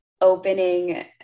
opening